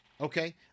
okay